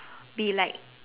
be like